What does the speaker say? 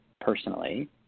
personally